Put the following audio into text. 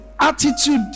attitude